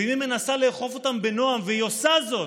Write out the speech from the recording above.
ואם היא מנסה לאכוף אותם בנועם, והיא עושה זאת,